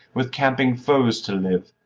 with camping foes to live,